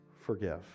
forgive